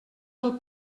del